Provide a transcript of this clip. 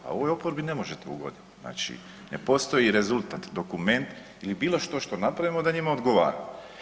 A ovoj oporbi ne možete ugoditi, znači ne postoji rezultat, dokument ili bilo što što napravimo da njima odgovara.